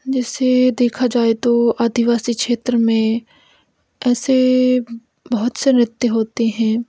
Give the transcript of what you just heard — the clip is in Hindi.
जैसे देखा जाए तो आदिवासी क्षेत्र में ऐसे बहुत से नृत्य होते हैं